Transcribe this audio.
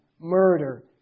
murder